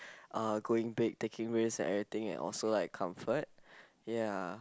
uh going big taking risk and everything and also like comfort